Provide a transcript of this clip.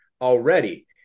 already